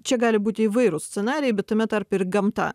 čia gali būti įvairūs scenarijai bet tame tarpe ir gamta